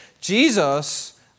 Jesus